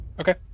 Okay